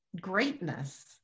greatness